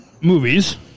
movies